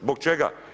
Zbog čega?